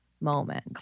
moment